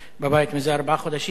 בבית זה ארבעה חודשים,